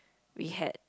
we had